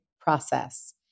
process